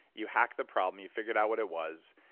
you hacked the problem, you figured out what it was,